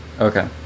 okay